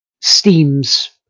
Steam's